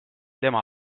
tema